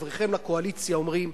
חבריכם לקואליציה אומרים,